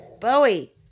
Bowie